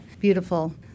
beautiful